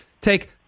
take